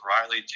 Riley